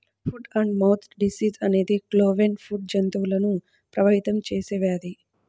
foot and mouth disease అనేది cloven foot జంతువులను ప్రభావితం చేసే వ్యాధి